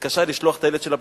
שמתקשה לשלוח את הילד שלה,